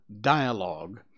dialogue